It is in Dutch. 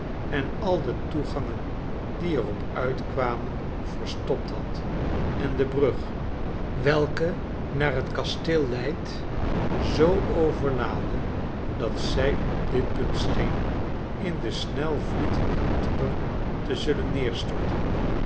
en al de toegangen die er op uitkwamen verstopt had en de brug welke naar het kasteel leidt zoo overlaadde dat zij op dit punt scheen in den snelvlietenden tiber te zullen neerstorten